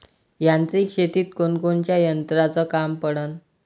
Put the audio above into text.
यांत्रिक शेतीत कोनकोनच्या यंत्राचं काम पडन?